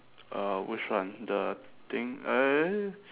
uh which one the thing eh